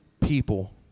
people